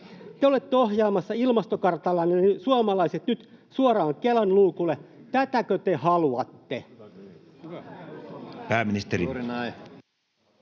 Te olette ohjaamassa ilmastokartallanne suomalaiset nyt suoraan Kelan luukulle. Tätäkö te haluatte?